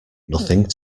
nothing